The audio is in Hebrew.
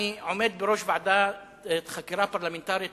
אני עומד בראש ועדת חקירה פרלמנטרית